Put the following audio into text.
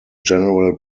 general